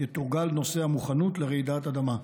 יתורגל נושא המוכנות לרעידת אדמה.